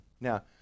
Now